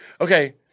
Okay